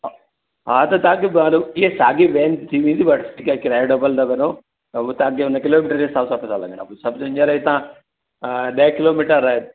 अ हा त तव्हांखे फ्री बस अगरि किरायो डबल लॻंदो त उहो तव्हांजे उन हिसाब सां पेसा लॻंदा सम्झि हीअंर तव्हां ॾह किलोमीटर आहियो